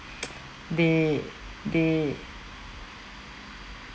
they they